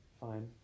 Fine